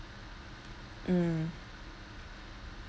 mm